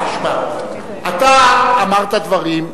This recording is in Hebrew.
משפט: אתה אמרת דברים,